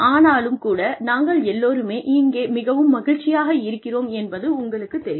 ஆனாலும் கூட நாங்கள் எல்லோருமே இங்கே மிகவும் மகிழ்ச்சியாக இருக்கிறோம் என்பது உங்களுக்குத் தெரியும்